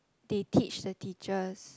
they teach the teachers